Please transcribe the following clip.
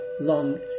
long